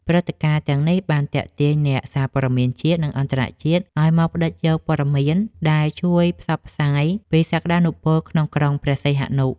ព្រឹត្តិការណ៍ទាំងនេះបានទាក់ទាញអ្នកសារព័ត៌មានជាតិ និងអន្តរជាតិឱ្យមកផ្ដិតយកពត៌មាន ដែលជួយផ្សព្វផ្សាយពីសក្ដានុពលក្រុងព្រះសីហនុ។